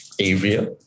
area